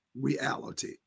reality